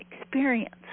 experience